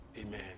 Amen